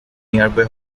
nearby